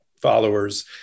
followers